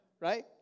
right